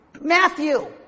Matthew